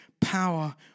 power